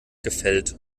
gefällt